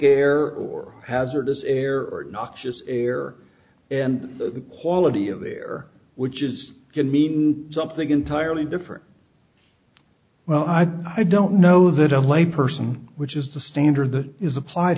air or hazardous air or noxious air and the quality of there which is can mean something entirely different well i don't know that a lay person which is the standard that is applied